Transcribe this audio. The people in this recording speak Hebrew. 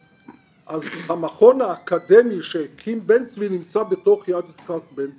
אז המכון האקדמי שהקים בן צבי נמצא בתוך יד יצחק בן צבי.